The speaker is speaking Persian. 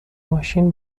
ماشین